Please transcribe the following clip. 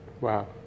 Wow